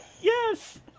Yes